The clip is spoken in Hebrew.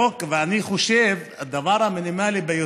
אני חושב שהדבר המינימלי,